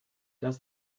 does